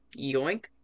yoink